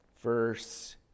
verse